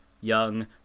Young